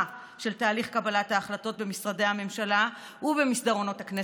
של תהליך קבלת ההחלטות במשרדי הממשלה ובמסדרונות הכנסת,